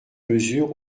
mesure